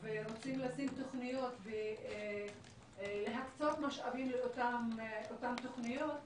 ורוצים לתכנן תוכניות ולהקצות משאבים לאותן תוכניות,